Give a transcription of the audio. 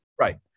Right